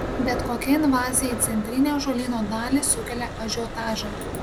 bet kokia invazija į centrinę ąžuolyno dalį sukelia ažiotažą